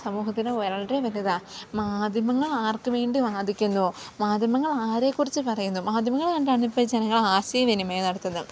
സമൂഹത്തിന് വളരെ വലുതാണ് മാധ്യമങ്ങൾ ആർക്കുവേണ്ടി വാദിക്കുന്നുവോ മാധ്യമങ്ങൾ ആരെക്കുറിച്ച് പറയുന്നു മാധ്യമങ്ങളെ കണ്ടിട്ടാണ് ഇപ്പോൾ ജനങ്ങൾ ആശയവിനിമയം നടത്തുന്നത്